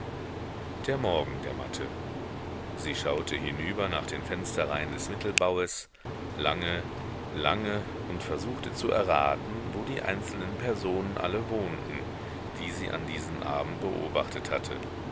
der morgen dämmerte sie schaute hinüber nach den fensterreihen des mittelbaues lange lange und versuchte zu erraten wo die einzelnen personen alle wohnten die sie diesen abend beobachtet hatte